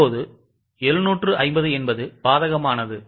இப்போது750 பாதகமானது